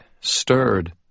stirred